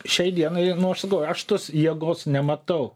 šiai dienai nu aš sakau aš tos jėgos nematau